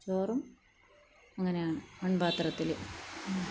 ചോറും അങ്ങനെയാണ് മൺ പാത്രത്തിൽ